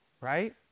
right